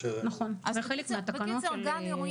נכון, נכון, זה חלק מהתקנות של תו ירוק.